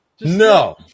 No